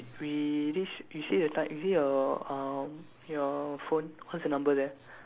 we this we see the type we see your uh your phone what's the number there